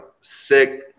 sick